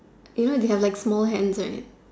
you know they have like small hands right